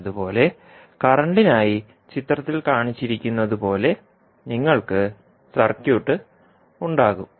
അതുപോലെ കറന്റിനായി ചിത്രത്തിൽ കാണിച്ചിരിക്കുന്നതുപോലെ നിങ്ങൾക്ക് സർക്യൂട്ട് ഉണ്ടാകും